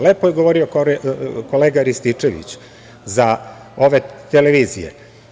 Lepo je govorio kolega Rističević za ove televizije.